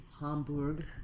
Hamburg